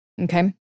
Okay